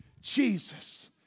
Jesus